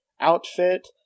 outfit